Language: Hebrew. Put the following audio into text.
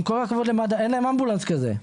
עם כל הכבוד למד"א, אין להם אמבולנס כזה.